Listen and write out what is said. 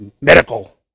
medical